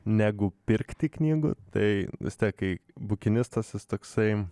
negu pirkti knygų tai vis tiek kai bukinistas jis toksai